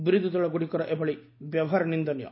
ବିରୋଧୀଦଳଗୁଡିକର ଏଭଳି ବ୍ୟବହାର ନିନ୍ଦନୀୟ